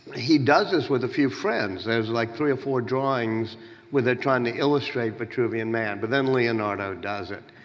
he does this with a few friends. there's like three or four drawings where they're trying to illustrate vitruvian man. but then leonardo does it.